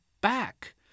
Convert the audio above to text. back